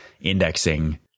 indexing